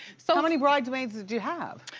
so how many bridesmaids do you have?